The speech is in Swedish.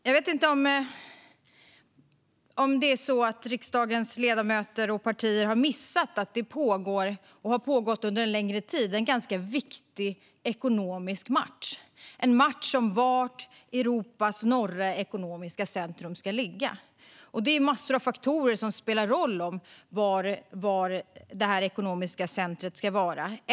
Jag vet inte om riksdagens ledamöter och partier har missat att det pågår - och har pågått under en längre tid - en ganska viktig ekonomisk match om var norra Europas ekonomiska centrum ska ligga. Massor av faktorer spelar roll för var detta ekonomiska centrumet ska finnas.